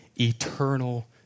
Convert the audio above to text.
eternal